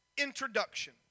Introduction